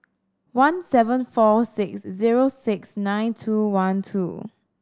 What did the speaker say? one seven four six zero six nine two one two